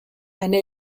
eine